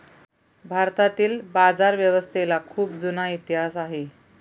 भारतातील बाजारव्यवस्थेला खूप जुना इतिहास आहे